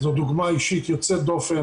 יש לנו ב"נופים" בירושלים